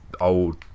old